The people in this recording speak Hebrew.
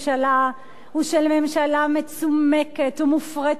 הוא של ממשלה מצומקת ומופרטת עד העצם,